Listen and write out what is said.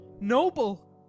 Noble